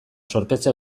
zorpetze